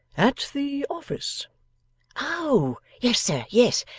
at the office oh! yes sir, yes.